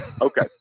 Okay